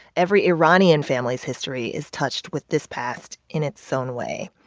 every iranian family's history is touched with this past in its own way